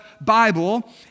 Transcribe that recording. Bible